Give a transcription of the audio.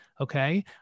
Okay